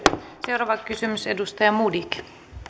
seuraava kysymys edustaja modig